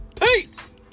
Peace